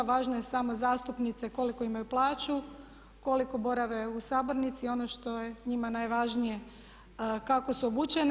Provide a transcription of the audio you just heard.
Važno je samo zastupnice koliko imaju plaću, koliko borave u sabornici, ono što je njima najvažnije kako su obučene.